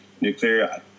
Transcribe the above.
nuclear